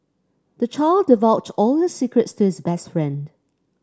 the child divulged all his secrets to his best friend